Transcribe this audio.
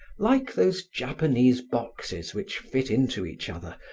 like those japanese boxes which fit into each other,